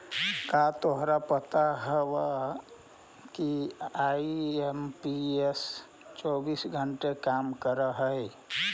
का तोरा पता हवअ कि आई.एम.पी.एस चौबीस घंटे काम करअ हई?